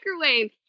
microwave